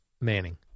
Manning